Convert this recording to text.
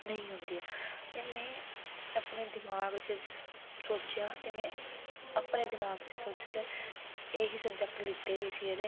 नेईं होंदियां ते मैं अपने दमाग च सोचेआ ते मैं अपने दमाग च सोच कर एह् ही सब्जेक्ट लैते बीसीए दे